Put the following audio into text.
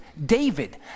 David